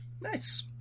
Nice